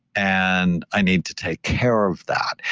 and i need to take care of that.